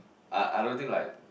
I I don't think like